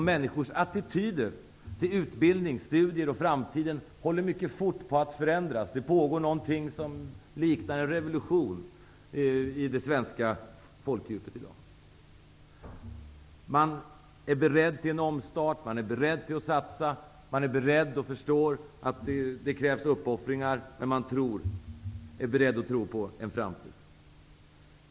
Men människors attityder till utbildning/studier och framtiden förändras nu mycket fort. I det svenska folkdjupet pågår i dag någonting som liknar en revolution. Man är beredd på en omstart och på satsningar, och man förstår att det krävs uppoffringar när man är beredd att tro på en framtid.